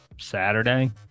Saturday